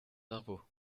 d’impôts